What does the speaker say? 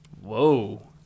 Whoa